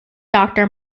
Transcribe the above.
doctor